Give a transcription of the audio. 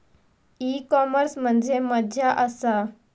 E commerce म्हणजे मझ्या आसा?